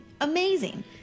amazing